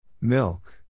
Milk